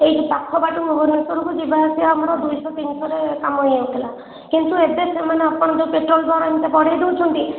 ଏଇ ପାଖ ବାଟକୁ ଭୁବନେଶ୍ୱରକୁ ଯିବା ଆସିବା ଆମର ଦୁଇଶହ ତିନିଶହରେ କାମ ହେଇଯାଉଥିଲା କିନ୍ତୁ ଏବେ ସେମାନେ ଆପଣଙ୍କ ପେଟ୍ରୋଲ୍ ଦର ଏମିତି ବଢ଼େଇ ଦେଉଛନ୍ତି